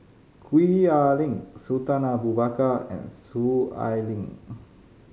Gwee Ah Leng Sultan Abu Bakar and Soon Ai Ling